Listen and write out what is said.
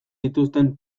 dituzten